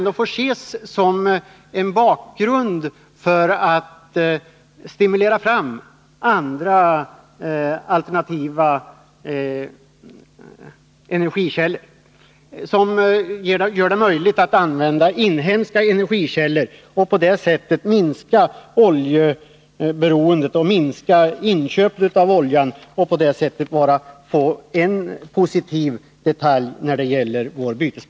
Den får ses som ett led i strävandena att stimulera fram andra, alternativa energikällor. Man kan få inhemska energikällor och på det sättet minska oljeberoendet och inköpen av olja. Därmed skulle man bidra till en positiv utveckling av bytesbalansen. Herr talman!